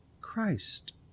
Christ